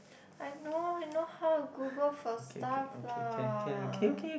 I know I know how to Google for stuff lah